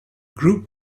group